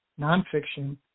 nonfiction